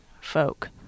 folk